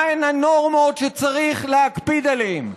מהן הנורמות שצריך להקפיד עליהן.